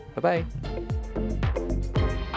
Bye-bye